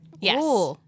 yes